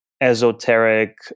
esoteric